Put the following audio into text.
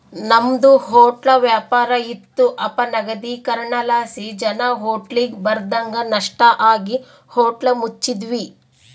ನಮ್ದು ಹೊಟ್ಲ ವ್ಯಾಪಾರ ಇತ್ತು ಅಪನಗದೀಕರಣಲಾಸಿ ಜನ ಹೋಟ್ಲಿಗ್ ಬರದಂಗ ನಷ್ಟ ಆಗಿ ಹೋಟ್ಲ ಮುಚ್ಚಿದ್ವಿ